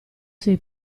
sei